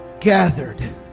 gathered